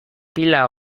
pila